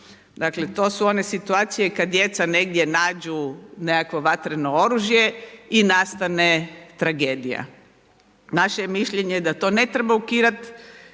Dakle to su one situacije kada djeca negdje nađu nekako vatreno oružje i nastane tragedija. Naše je mišljenje da to ne treba ukidati,